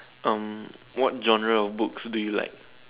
um what genre of books do you like